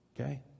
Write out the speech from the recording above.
okay